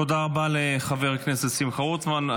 תודה רבה לחבר הכנסת שמחה רוטמן.